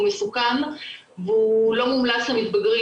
הוא מסוכן והוא לא מומלץ למתבגרים.